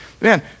Man